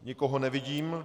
Nikoho nevidím.